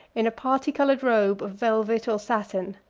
in a party-colored robe of velvet or satin,